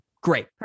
Great